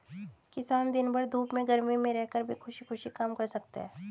किसान दिन भर धूप में गर्मी में रहकर भी खुशी खुशी काम करता है